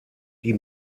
die